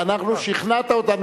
אנחנו, שכנעת אותנו.